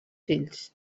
fills